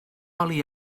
oli